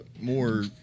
more